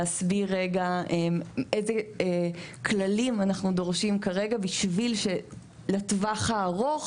להסביר רגע איזה כללים אנחנו דורשים כרגע בשביל שלטווח הארוך